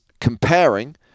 comparing